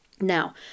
Now